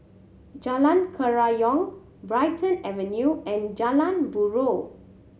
Jalan Kerayong Brighton Avenue and Jalan Buroh